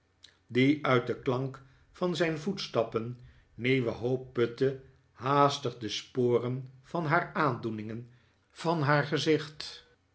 die uit den klank van zijn voetstappen nieuwe hoop putte haastig de sporen van haar aandoeningen van haar gezicht